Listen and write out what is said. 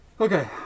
Okay